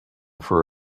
for